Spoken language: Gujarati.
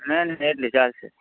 નહીં નહીં એટલી ચાલશે